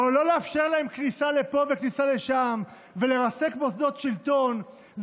לא לאפשר להם כניסה לפה וכניסה לשם ולרסק מוסדות שלטון,